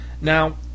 Now